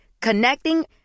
Connecting